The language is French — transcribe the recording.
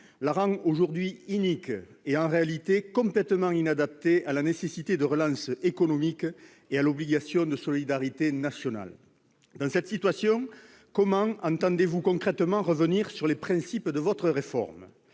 la rend aujourd'hui inique et complètement inadaptée à la nécessité de relance économique et à l'obligation de solidarité nationale. Dans une telle situation, comment entendez-vous revenir sur les principes de votre réforme ?